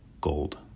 gold